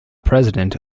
president